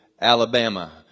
Alabama